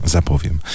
Zapowiem